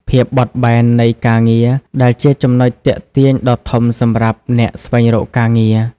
ភាពបត់បែននៃការងារ ដែលជាចំណុចទាក់ទាញដ៏ធំសម្រាប់អ្នកស្វែងរកការងារ។